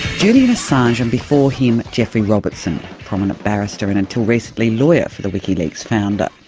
julian assange and before him geoffrey robertson, prominent barrister and until recently lawyer for the wikileaks founder.